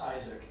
Isaac